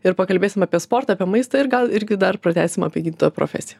ir pakalbėsim apie sportą apie maistą ir gal irgi dar pratęsim apie gydytojo profesiją